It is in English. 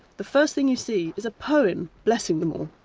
the first thing you see is a poem blessing them all.